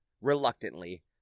reluctantly